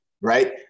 Right